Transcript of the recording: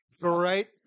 Great